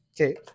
Okay